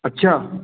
अच्छा